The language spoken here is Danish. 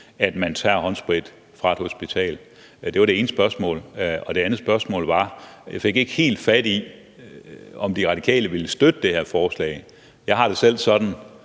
at nogen tager håndsprit fra et hospital. Det var det ene spørgsmål. Der var også et andet spørgsmål. Jeg fik ikke helt fat i, om De Radikale ville støtte det her forslag. Jeg har det selv sådan,